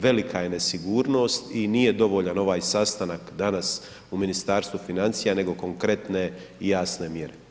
Velika je nesigurnost i nije dovoljan ovaj sastanak danas u Ministarstvu financija nego konkretne i jasne mjere.